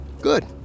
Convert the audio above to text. Good